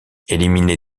éliminé